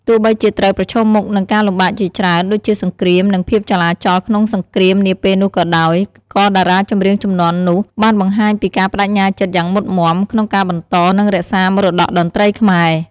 ទោះបីជាត្រូវប្រឈមមុខនឹងការលំបាកជាច្រើន ដូចជាសង្គ្រាម និងភាពចលាចលក្នុងសង្គមនាពេលនោះក៏ដោយ ក៏តារាចម្រៀងជំនាន់នោះបានបង្ហាញពីការប្តេជ្ញាចិត្តយ៉ាងមុតមាំ ក្នុងការបន្ត និងរក្សាមរតកតន្ត្រីខ្មែរ។